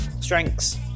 strengths